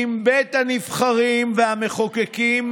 אם בית הנבחרים והמחוקקים,